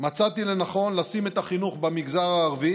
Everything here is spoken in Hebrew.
מצאתי לנכון לשים את החינוך במגזר הערבי